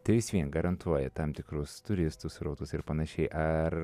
tai vis vien garantuoja tam tikrus turistų srautus ir panašiai ar